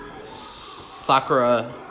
Sakura